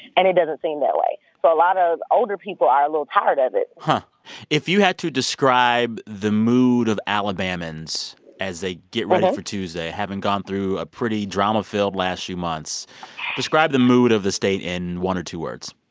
and it doesn't seem that way. so a lot of older people are a little tired of it if you had to describe the mood of alabamans as they get ready for tuesday, having gone through a pretty drama-filled last few months describe the mood of the state in one or two words